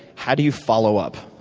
how do you follow up?